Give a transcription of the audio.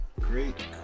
Great